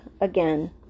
again